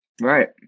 right